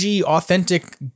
authentic